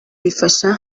bifasha